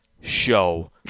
show